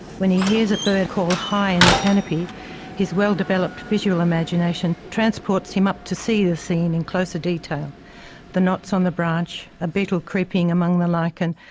when he hears a bird call high in the canopy his well-developed visual imagination transports him up to see the scene in closer detail the knots on the branch, a beetle creeping among the lichen,